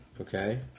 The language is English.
Okay